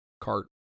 cart